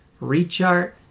Rechart